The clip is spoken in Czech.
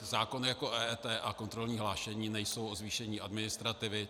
Zákon jako EET a kontrolní hlášení nejsou o zvýšení administrativy.